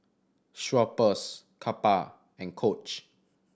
Schweppes Kappa and Coach